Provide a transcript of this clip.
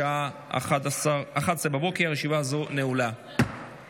אושרה בקריאה ראשונה ותעבור לדיון בוועדת הכלכלה